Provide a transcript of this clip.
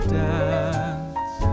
dance